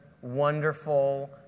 wonderful